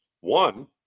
one